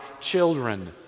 children